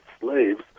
slaves